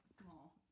small